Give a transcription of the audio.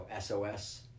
SOS